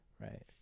Right